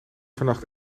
vannacht